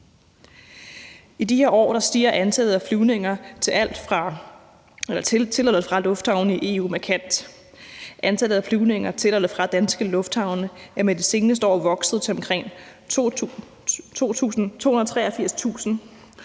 I de her år stiger antallet af flyvninger til eller fra lufthavne i EU markant. Antallet af flyvninger til eller fra danske lufthavne er med de seneste år vokset til omkring 283.000.